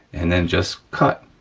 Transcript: and then just cut.